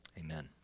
Amen